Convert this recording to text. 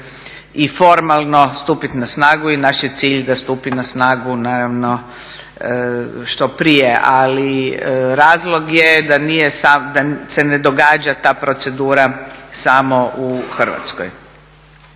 i formalno stupiti na snagu i naš je cilj da stupi na snagu naravno što prije. Ali razlog je da nije, da se ne događa ta procedura smo u Hrvatskoj.